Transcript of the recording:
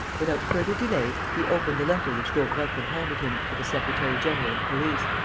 without further delay, he opened the letter which daubrecq had handed him for the secretary-general of police.